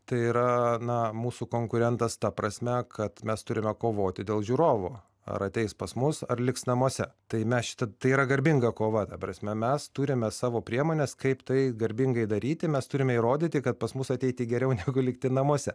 tai yra na mūsų konkurentas ta prasme kad mes turime kovoti dėl žiūrovo ar ateis pas mus ar liks namuose tai mes šitą tai yra garbinga kova ta prasme mes turime savo priemones kaip tai garbingai daryti mes turime įrodyti kad pas mus ateiti geriau negu likti namuose